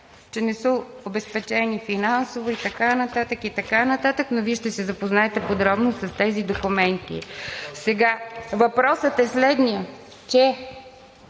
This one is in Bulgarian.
че на са обезпечени финансово и така нататък, и така нататък, но Вие ще се запознаете подробно с тези документи. Сега въпросът е следният,